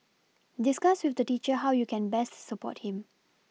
discuss with the teacher how you can best support him